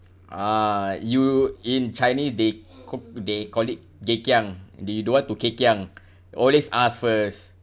ah you in chinese they ca~ they call it gekiang they don't want to gekiang always ask first